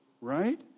right